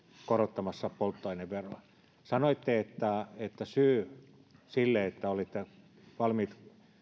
korottamassa polttoaineveroa sanoitte että syyt sille että olitte valmiit